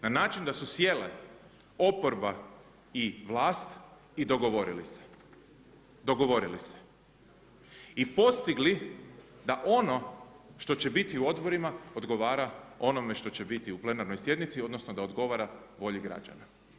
Na način da su sjele oporba i vlast i dogovorili se i postigli da ono što će biti u odborima odgovara onome što će biti u plenarnoj sjednici, odnosno da odgovara volji građana.